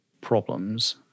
problems